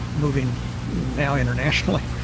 moving now internationally,